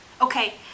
okay